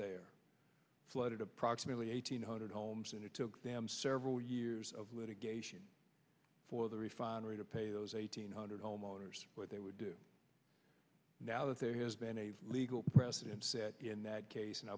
there flooded approximately eight hundred homes and it took them several years of litigation for the refinery to pay those eighteen hundred homeowners what they would do now that there has been a legal precedent set in that case and